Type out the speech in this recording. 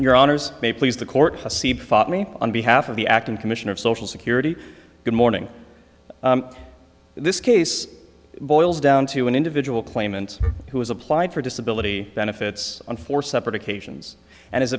your honors may please the court me on behalf of the acting commissioner of social security good morning this case boils down to an individual claimant who has applied for disability benefits on four separate occasions and has